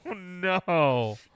no